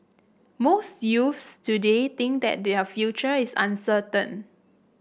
most youths today think that their future is uncertain